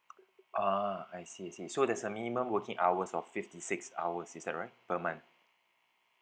ah I see I see so there's a minimum working hours of fifty six hours is that right per month